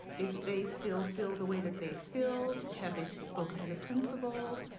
if they still feel the way that they feel, have they spoken to the principal,